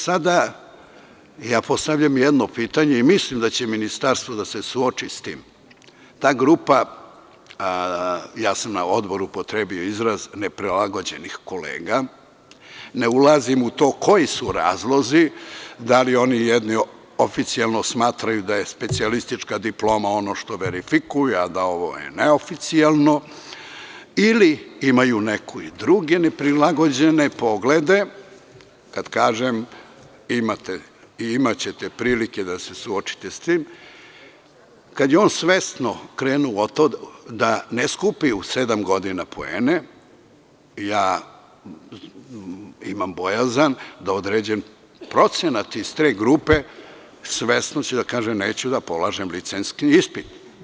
Sada, postavljam jedno pitanje i mislim da će ministarstvo da se suoči sa tim, ta grupa, a ja sam na odboru upotrebio izraz, neprilagođenih kolega, ne ulazim u to koji su razlozi, da li oni jedni oficijelno smatraju da je specijalistička diploma ono što verifikuje, a da je ovo neoficijelno, ili imaju i neke druge neprilagođene poglede, kada kažem i imaćete prilike da se suočite sa tim, kada je on svesno krenuo u to da ne skupi u sedam godina poene, imam bojazan da određujem procenat iz te grupe, svesno će da kaže – neću da polažem licencni ispit.